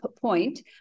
Point